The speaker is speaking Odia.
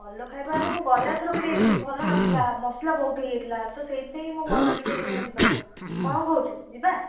ଭଲ ଖାଇବା ଆରେ ମୁଁ ଗଲାଥରକ ଯାଇଥିଲି ଭଲ ନଥିଲା ମସଲା ବହୁତ ହେଇଯାଇଥିଲା ତ ସେଇଥିପାଇଁ ମୋ ମନ ଟିକେ ନୁହଁ ଯିବାକୁ କଣ କହୁଛୁ ଯିବା